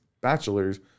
bachelors